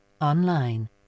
online